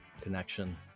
connection